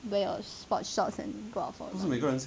wear sports shorts and go out for a run